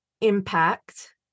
impact